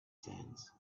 sands